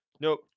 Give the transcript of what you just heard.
Nope